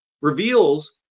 reveals